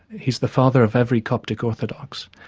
he's the father of every coptic orthodox.